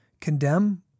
condemn